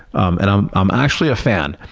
um and i'm i'm actually a fan.